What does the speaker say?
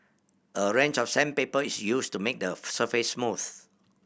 a range of sandpaper is used to make the surface smooth